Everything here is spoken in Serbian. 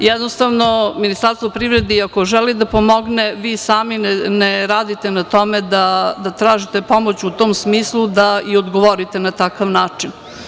Jednostavno, Ministarstvo privrede i ako želi da pomogne, vi sami ne radite na tome da tražite pomoć u tom smislu da odgovorite na takav način.